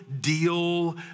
deal